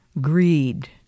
greed